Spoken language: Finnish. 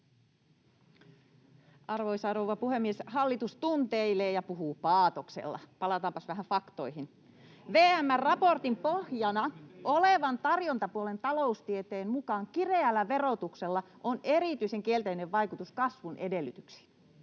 Arvoisa rouva puhemies! Hallitus tunteilee ja puhuu paatoksella — palataanpas vähän faktoihin. VM:n raportin pohjana olevan tarjontapuolen taloustieteen mukaan kireällä verotuksella on erityisen kielteinen vaikutus kasvun edellytyksiin.